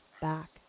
back